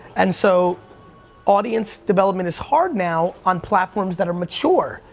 and so audience development is hard now on platforms that are mature.